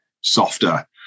softer